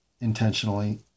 intentionally